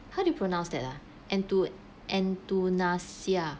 how do you pronounce that lah n~ to~ n~ to~ nasia~